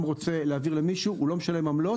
רוצה להעביר למישהו הוא לא משלם עמלות.